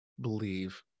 believe